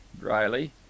dryly